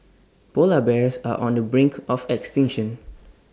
Polar Bears are on the brink of extinction